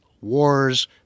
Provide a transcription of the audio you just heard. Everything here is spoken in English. wars